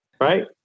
right